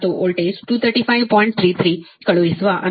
33 ಕಳುಹಿಸುವ ಅಂತಿಮ ವೋಲ್ಟೇಜ್ 4